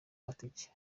amatike